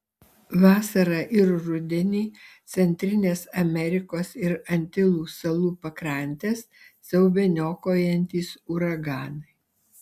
vasarą ir rudenį centrinės amerikos ir antilų salų pakrantes siaubia niokojantys uraganai